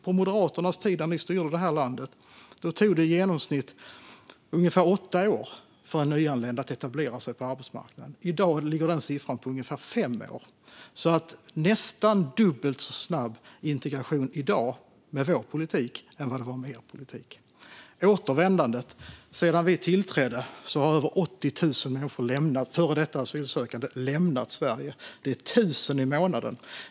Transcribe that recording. När Moderaterna styrde landet tog det i genomsnitt ungefär åtta år för en nyanländ att etablera sig på arbetsmarknaden. I dag ligger siffran på ungefär fem år. Integrationen i dag är alltså nästan dubbelt så snabb med vår politik än vad den var med deras. Sedan vi tillträdde har över 80 000 före detta asylsökande lämnat Sverige. Det är 1 000 i månaden.